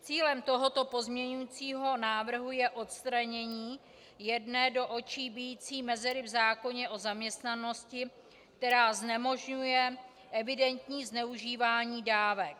Cílem tohoto pozměňovacího návrhu je odstranění jedné do očí bijící mezery v zákoně o zaměstnanosti, která znemožňuje evidentní zneužívání dávek.